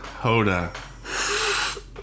Hoda